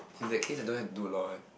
in that case I don't have to do a lot one